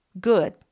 Good